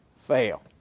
fail